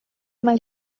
mal